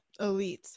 elites